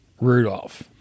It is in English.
Rudolph